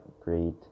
great